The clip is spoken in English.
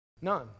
None